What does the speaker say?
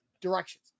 directions